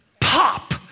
pop